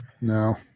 No